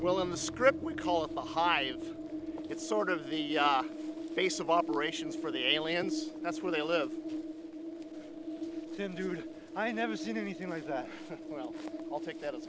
well in the script we call it the high it sort of the face of operations for the aliens that's where they live in dude i never seen anything like that well i'll take that as